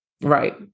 Right